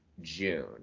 June